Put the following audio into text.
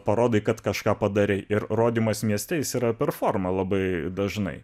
parodai kad kažką padarei ir rodymas mieste jis yra per forma labai dažnai